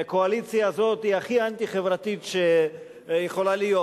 והקואליציה הזאת היא הכי אנטי-חברתית שיכולה להיות,